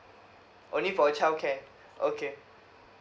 only for a childcare okay